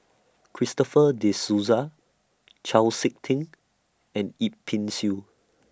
Christopher De Souza Chau Sik Ting and Yip Pin Xiu